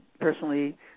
personally